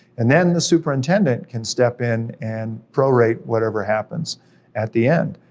and then the superintendent can step in and pro-rate whatever happens at the end.